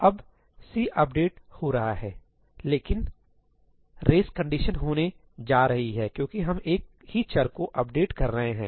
अब C update हो रहा है लेकिन रेस कंडीशन होने जा रही है क्योंकि हम एक ही चर को अपडेट कर रहे हैं